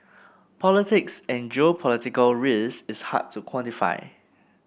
politics and geopolitical risk is hard to quantify